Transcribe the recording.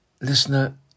Listener